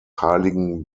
heiligen